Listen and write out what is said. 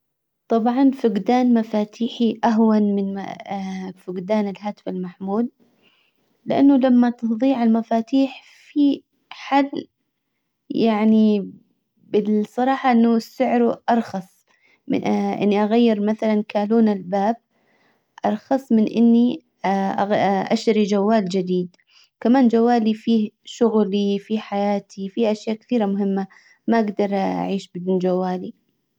طبعا فقدان مفاتيحي اهون من فقدان الهاتف المحمول. لانه لما تضيع المفاتيح في حل يعني بالصراحة انه سعره ارخص. من اني اغير مثلا كالون الباب. ارخص من اني اشتري جوال جديد. كمان جوالي فيه شغلي فيه حياتي فيه اشياء كثيرة مهمة. ما اقدر اعيش بدون جوالي.